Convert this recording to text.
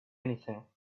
anything